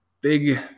big